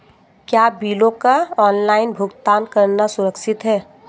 क्या बिलों का ऑनलाइन भुगतान करना सुरक्षित है?